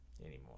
anymore